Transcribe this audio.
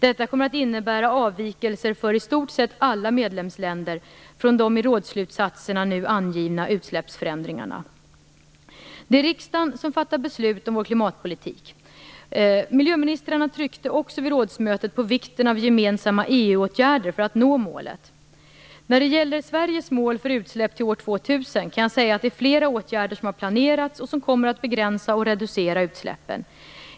Detta kommer att innebära avvikelser för i stort sett alla medlemsländer från de i rådsslutsatserna nu angivna utsläppsförändringarna. Det är riksdagen som fattar beslut om vår klimatpolitik. Miljöministrarna tryckte också vid rådsmötet på vikten av gemensamma EU-åtgärder för att nå målet. När det gäller Sveriges mål för utsläpp till år 2000 kan jag säga att det är flera åtgärder som har planerats och som kommer att begränsa och reducera utsläppen.